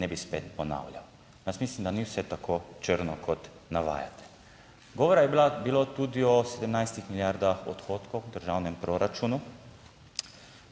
ne bi spet ponavljal. Jaz mislim, da ni vse tako črno kot navajate. Govora je bila bilo tudi o 17 milijardah odhodkov v državnem proračunu,